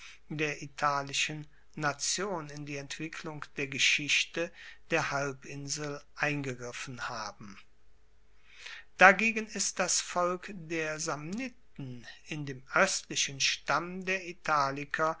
der italischen nation in die entwicklung der geschichte der halbinsel eingegriffen haben dagegen ist das volk der samniten in dem oestlichen stamm der italiker